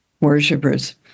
worshippers